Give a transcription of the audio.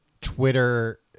Twitter